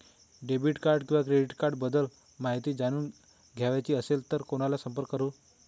Debit किंवा credit cards बद्दल माहिती जाणून घ्यायची असेल तर कोणाला संपर्क करु?